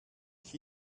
ich